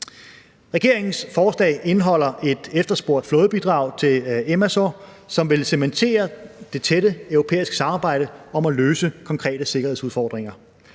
Regeringens forslag indeholder et efterspurgt flådebidrag til EMASOH, som vil cementere det tætte europæiske samarbejde om at løse konkrete sikkerhedsudfordringer.